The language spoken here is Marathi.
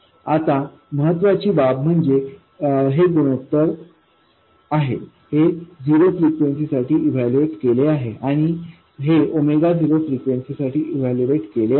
तर आता महत्वाची बाब म्हणजे हे गुणोत्तर आहे हे झिरो फ्रिक्वेन्सी साठी इवैल्यूएट केले आहे आणि हे 0 फ्रिक्वेन्सी साठी इवैल्यूएट केले आहे